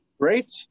Great